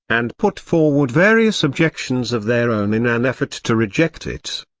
and put forward various objections of their own in an effort to reject it.